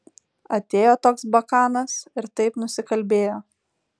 atėjo toks bakanas ir taip nusikalbėjo